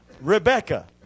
Rebecca